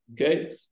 Okay